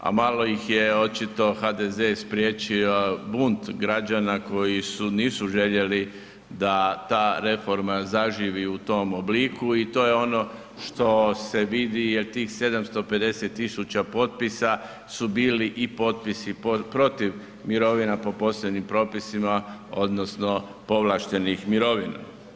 A malo ih je očito HDZ spriječio bunt građana koji nisu željeli da ta reforma zaživi u tom obliku i to je ono što se vidi jel tih 750000 potpisa su bili i potpisi protiv mirovina po posebnim propisima odnosno povlaštenih mirovina.